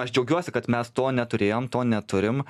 aš džiaugiuosi kad mes to neturėjom to neturim